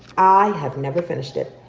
i have never finished it.